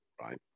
right